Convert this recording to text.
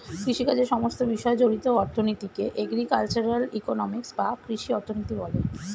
কৃষিকাজের সমস্ত বিষয় জড়িত অর্থনীতিকে এগ্রিকালচারাল ইকোনমিক্স বা কৃষি অর্থনীতি বলে